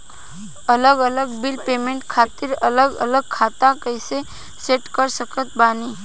अलग अलग bill payment खातिर अलग अलग खाता कइसे सेट कर सकत बानी?